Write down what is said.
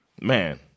man